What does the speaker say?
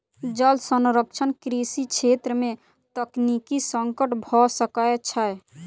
जल संरक्षण कृषि छेत्र में तकनीकी संकट भ सकै छै